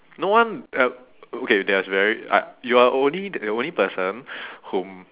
no one uh okay there's very I you are only the only person whom